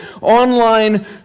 online